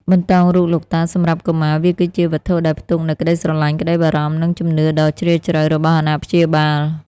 បន្តោងរូបលោកតាសម្រាប់កុមារវាគឺជាវត្ថុដែលផ្ទុកនូវក្តីស្រឡាញ់ ក្តីបារម្ភ និងជំនឿដ៏ជ្រាលជ្រៅរបស់អាណាព្យាបាល។